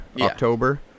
October